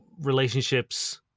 relationships